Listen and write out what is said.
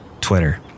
Twitter